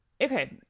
okay